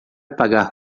pagar